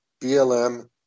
BLM